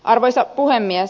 arvoisa puhemies